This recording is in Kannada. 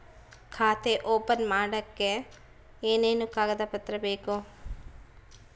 ಖಾತೆ ಓಪನ್ ಮಾಡಕ್ಕೆ ಏನೇನು ಕಾಗದ ಪತ್ರ ಬೇಕು?